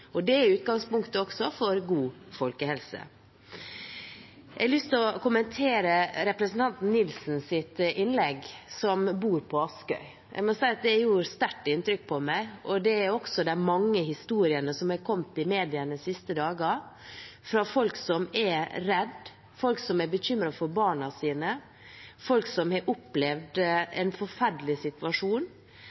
oppvekst. Dette er også utgangspunktet for god folkehelse. Jeg har lyst å kommentere innlegget fra representanten Tom-Christer Nilsen, som bor på Askøy. Det gjorde sterkt inntrykk på meg. Det har også de mange historiene som har kommet i media de siste dagene gjort – historier fra folk som er redde og bekymret for barna sine, og folk som har opplevd en forferdelig situasjon.